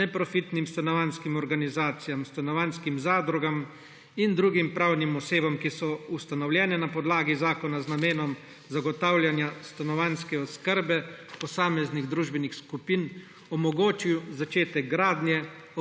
neprofitnim stanovanjskim organizacijam, stanovanjskim zadrugam in drugim pravnim osebam, ki so ustanovljene na podlagi zakona z namenom zagotavljanja stanovanjske oskrbe posameznih družbenih skupin, omogočil začetek gradnje,